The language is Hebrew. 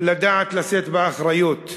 לדעת לשאת באחריות,